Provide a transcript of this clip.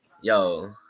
Yo